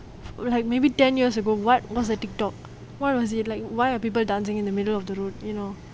like maybe ten years ago what what's a TikTok why was it why are people dancing in the middle of the road you know